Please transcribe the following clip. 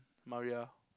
Maria